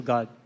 God